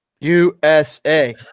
USA